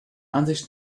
ansicht